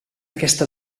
aquesta